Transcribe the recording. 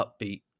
upbeat